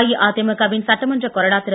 அஇஅதிமுக வின் சட்டமன்ற கொறடா திரு